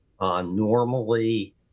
Normally